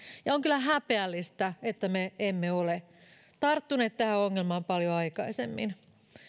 ja on kyllä häpeällistä että me emme ole tarttuneet tähän ongelmaan paljon aikaisemmin